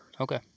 Okay